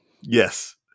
Yes